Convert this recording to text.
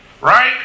Right